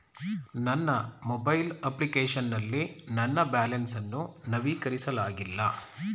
ನನ್ನ mobile application ನಲ್ಲಿ ನನ್ನ ಬ್ಯಾಲೆನ್ಸ್ ಅನ್ನು ನವೀಕರಿಸಲಾಗಿಲ್ಲ